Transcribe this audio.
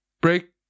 break